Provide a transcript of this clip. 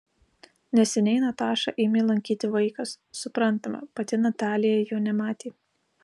neseniai natašą ėmė lankyti vaikas suprantama pati natalija jo nematė